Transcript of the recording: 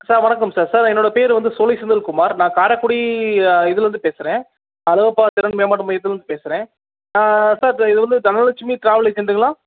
sir வணக்கம் sir sir என்னோடய பெயர் வந்து சோலை செந்தில்குமார் நன் காரைக்குடி இதுலேருந்து பேசுகிறேன் அழகப்பா திறன் மேம்பாட்டு மையத்திலேருந்து பேசுகிறேன் சார் இது வந்து தனலட்சுமி ட்ராவல் ஏஜென்ட்டுங்லா